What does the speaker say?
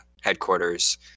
headquarters